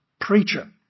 preacher